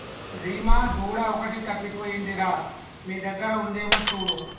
రీమా దూడ ఒకటి తప్పిపోయింది రా మీ దగ్గర ఉందేమో చూడు